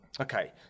Okay